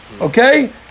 Okay